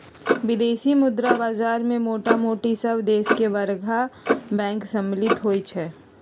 विदेशी मुद्रा बाजार में मोटामोटी सभ देश के बरका बैंक सम्मिल होइ छइ